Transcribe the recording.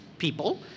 people